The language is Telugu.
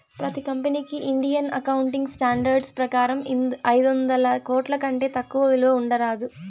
ప్రతి కంపెనీకి ఇండియన్ అకౌంటింగ్ స్టాండర్డ్స్ ప్రకారం ఐదొందల కోట్ల కంటే తక్కువ విలువ ఉండరాదు